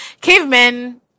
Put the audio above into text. Cavemen